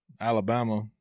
Alabama